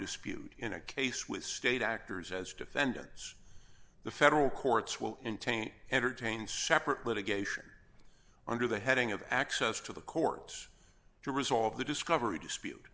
dispute in a case with state actors as defendants the federal courts will in taint entertain separate litigation under the heading of access to the courts to resolve the discovery